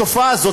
בתופעה הזאת,